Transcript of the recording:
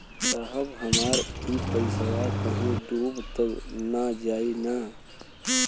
साहब हमार इ पइसवा कहि डूब त ना जाई न?